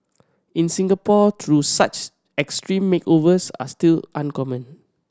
in Singapore though such extreme makeovers are still uncommon